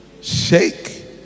shake